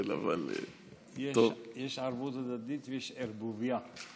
יש ערבות הדדית ויש ערבוביה.